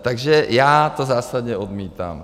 Takže já to zásadně odmítám!